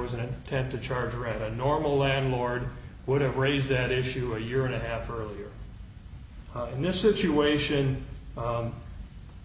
was an attempt to charge for a normal landlord would have raised that issue a year and a half or in this situation